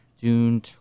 June